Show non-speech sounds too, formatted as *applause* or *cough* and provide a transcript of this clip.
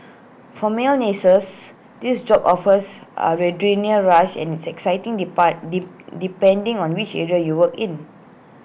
for male nurses this job offers A *unintelligible* rush and it's exciting depart D depending on which area you work in